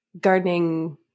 gardening